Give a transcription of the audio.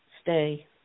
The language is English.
stay